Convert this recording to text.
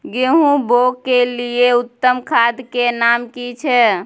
गेहूं बोअ के लिये उत्तम खाद के नाम की छै?